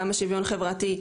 גם המשרד לשוויון חברתי.